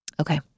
Okay